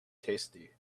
tasty